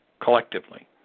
collectively